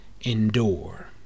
endure